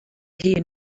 hun